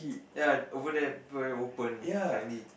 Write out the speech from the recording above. ya over there people very open friendly